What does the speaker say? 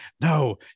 no